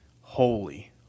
Holy